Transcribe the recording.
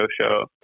show